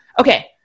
Okay